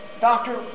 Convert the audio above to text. Doctor